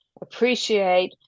appreciate